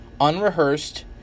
unrehearsed